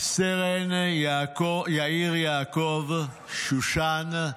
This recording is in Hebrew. סרן יאיר יעקב שושן,